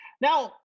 now